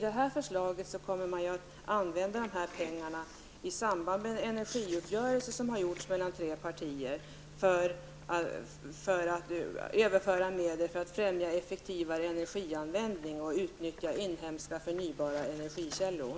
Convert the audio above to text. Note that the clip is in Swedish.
Detta förslag innebär att man kommer att använda pengarna i samband med genomförandet av den energiuppgörelse som träffats mellan tre partier för att främja effektivare energianvändning och utnyttja inhemska förnybara energikällor.